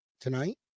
tonight